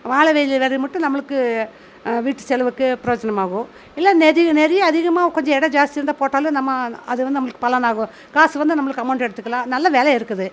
வாழை மட்டும் நம்மளுக்கு வீட்டு செலவுக்கு பிரயோஜனம் ஆகும் இல்லை நிறைய நிறைய அதிகமாக கொஞ்சம் இடம் ஜாஸ்தி இருந்தால் போட்டாலும் நம்ம அது வந்து நம்மளுக்கு பலனாகும் காசு வந்து நம்மளுக்கு அமவுண்ட்டு எடுத்துக்கலாம் நல்ல வெலை இருக்குது